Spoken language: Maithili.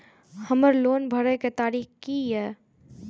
हमर लोन भरय के तारीख की ये?